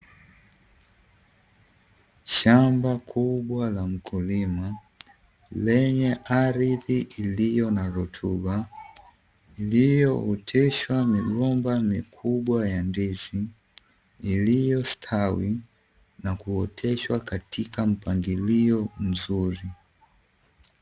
Shamba kubwa la mkulima lenye ardhi iliyo na rutuba, iliyooteshwa migomba mikubwa ya ndizi, iliyostawi na kuoteshwa katika mpangilio mzuri.